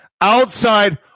outside